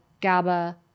GABA